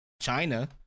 China